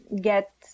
get